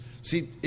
See